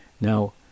Now